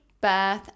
birth